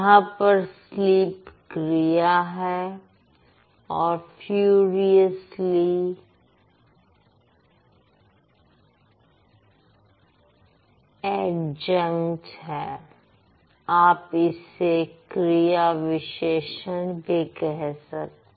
यहां पर स्लीप क्रिया है और फ्यूरियसली एडजंक्ट है आप इसे क्रिया विशेषण भी कह सकते हैं